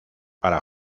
para